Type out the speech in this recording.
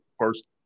first